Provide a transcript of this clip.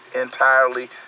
entirely